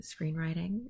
screenwriting